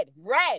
Red